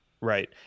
Right